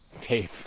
Tape